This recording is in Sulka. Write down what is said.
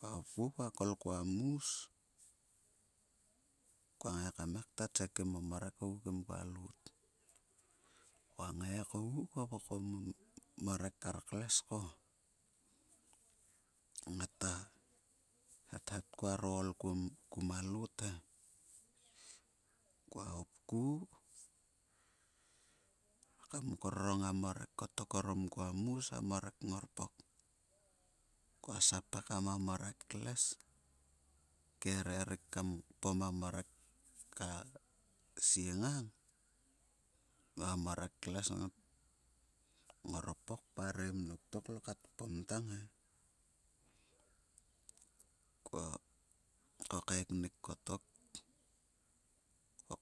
Kua hopku kua kol kua mus, kua ngai kam kta sekim o morek ngu kim kua lot. Kua ngai kogu kua vokom a morek kar kles ko ngata heter kuaro ol ku ma loot he. Kua hopku rekam korong a morek orom kua mus. A morek tngor pok. Kua sap eakm a morek kles rekam kpom a morek ka sie ngang va a morek kles ngat ngorpok parem dok to klo kat kpom tang e. Ko kaeknuk, kua